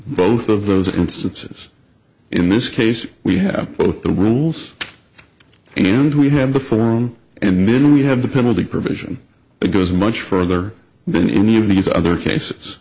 both of those instances in this case we have both the rules and we have the form and then we have the penalty provision it goes much further than any of these other case